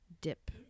dip